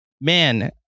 man